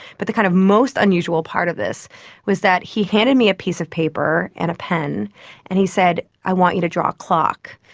but the kind of most unusual part of this was that he handed me a piece of paper and a pen and he said, i want you to draw a clock.